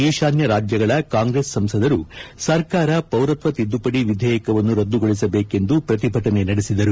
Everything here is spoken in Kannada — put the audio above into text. ಈತಾನ್ಯ ರಾಜ್ಯಗಳ ಕಾಂಗ್ರೆಸ್ ಸಂಸದರು ಸರ್ಕಾರ ಪೌರತ್ವ ತಿದ್ದುಪಡಿ ವಿಧೇಯಕವನ್ನು ರದ್ದುಗೊಳಿಸಬೇಕೆಂದು ಪ್ರತಿಭಟನೆ ನಡೆಸಿದರು